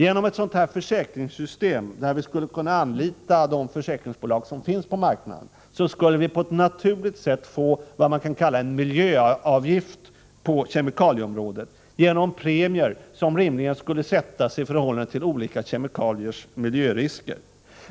Inom ramen för ett försäkringssystem, där vi skulle kunna anlita de försäkringsbolag som finns på marknaden, skulle vi på ett naturligt sätt få vad man kan kalla en miljöavgift på kemikalieområdet genom premier som rimligen skulle sättas i förhållande till de olika kemikaliers miljörisker.